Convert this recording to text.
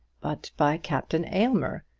but by captain aylmer,